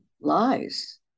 lies